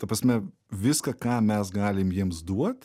ta prasme viską ką mes galim jiems duot